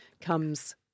comes